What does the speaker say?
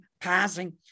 passing